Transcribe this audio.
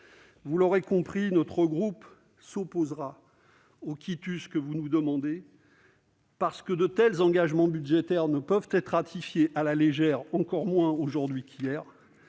vous l'aurez compris : les élus de notre groupe s'opposeront au quitus que vous nous demandez, parce que de tels engagements budgétaires ne peuvent être ratifiés à la légère, encore moins aujourd'hui qu'hier,